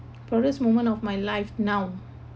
proudest moment of my life now